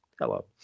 hello